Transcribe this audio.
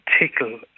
tickle